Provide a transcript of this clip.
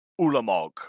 Ulamog